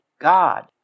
God